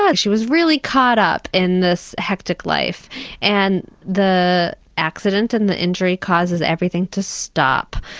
like she was really caught up in this hectic life and the accident and the injury causes everything to stop.